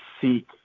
seek